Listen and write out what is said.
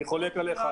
אני חולק עליך.